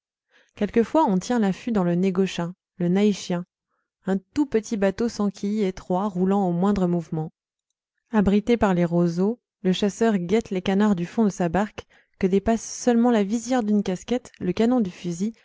quelquefois on tient l'affût dans le negochin le naye chien un tout petit bateau sans quille étroit roulant au moindre mouvement abrité par les roseaux le chasseur guette les canards du fond de sa barque que dépassent seulement la visière d'une casquette le canon du fusil